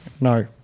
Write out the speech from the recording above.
No